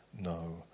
no